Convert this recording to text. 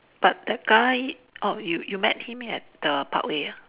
but that guy orh you you met him at the parkway ah